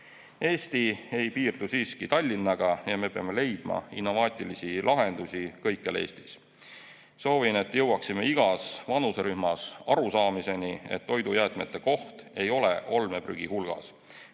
Eesti ei piirdu siiski Tallinnaga ja me peame leidma innovaatilisi lahendusi kõikjal Eestis. Soovin, et jõuaksime igas vanuserühmas arusaamiseni, et toidujäätmete koht ei ole olmeprügi hulgas,